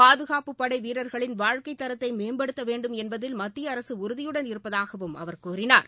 பாதுகாப்புப்படை வீரர்களின் வாழ்க்கைத்தரத்தை மேம்படுத்த வேண்டும் என்பதில் மத்திய அரசு உறுதியுடன் இருப்பதாகவும் அவர் கூறினார்